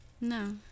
No